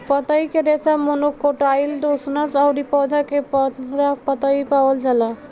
पतई के रेशा मोनोकोटाइलडोनस अउरी पौधा के पूरा पतई में पावल जाला